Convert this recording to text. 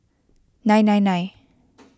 nine nine nine